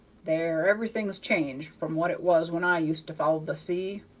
there! everything's changed from what it was when i used to follow the sea.